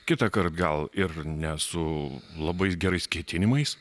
kitąkart gal ir ne su labai gerais ketinimais